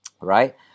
right